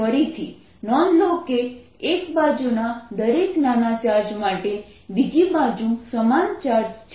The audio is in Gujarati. ફરીથી નોંધો કે એક બાજુના દરેક નાના ચાર્જ માટે બીજી બાજુ સમાન ચાર્જ છે